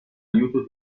aiuto